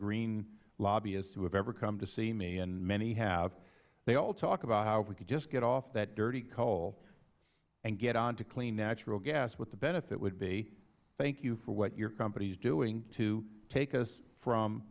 green lobbyists who have ever come to see me and many have they all talk about how if we can just get off that dirty coal and get onto clean natural gas what the benefit would be thank you for what your company is doing to take us from